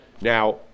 Now